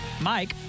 Mike